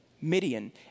Midian